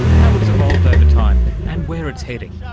how it's evolved over time and where it's heading.